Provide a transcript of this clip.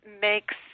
makes